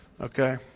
Okay